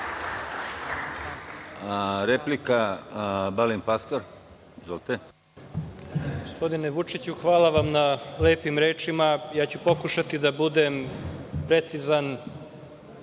Replika Balint Pastor. Izvolite.